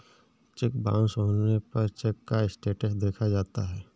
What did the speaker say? check bounce होने पर check का स्टेटस देखा जाता है